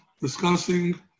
discussing